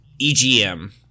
EGM